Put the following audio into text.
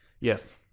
Yes